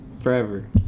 Forever